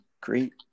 great